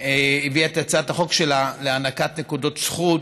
הביאה את הצעת החוק שלה להענקת נקודות זכות